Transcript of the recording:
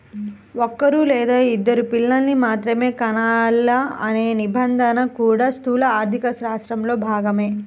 ఒక్కరూ లేదా ఇద్దరు పిల్లల్ని మాత్రమే కనాలనే నిబంధన కూడా స్థూల ఆర్థికశాస్త్రంలో భాగమే